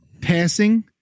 passing